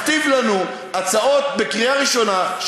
מכתיב לנו הצעות לקריאה ראשונה,